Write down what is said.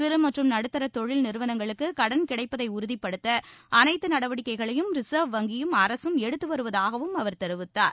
சிறு மற்றும் நடுத்தர தொழில் நிறுவனங்களுக்கு கடன் கிடைப்பதை உறுதிப்படுத்த அனைத்து நடவடிக்கைகளையும் ரிசர்வ் வங்கியும் அரசும் எடுத்து வருவதாகவும் அவர் தெரிவித்தார்